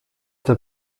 der